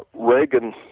reagan